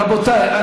רבותיי,